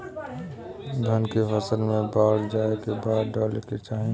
धान के फ़सल मे बाढ़ जाऐं के बाद का डाले के चाही?